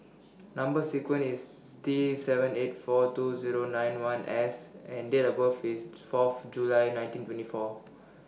Number sequence IS T seven eight four two Zero nine one S and Date of birth IS Fourth July nineteen twenty four